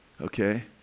okay